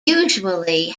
usually